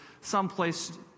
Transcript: someplace